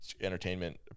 entertainment